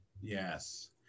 Yes